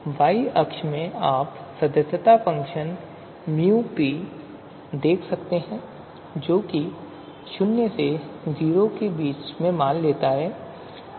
y अक्ष में आप सदस्यता फ़ंक्शन µp देख सकते हैं जो 0 से 1 के बीच मान लेता है